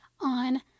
on